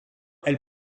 elle